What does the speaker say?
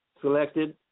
selected